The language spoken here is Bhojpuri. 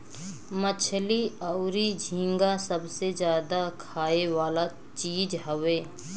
मछली अउरी झींगा सबसे ज्यादा खाए वाला चीज हवे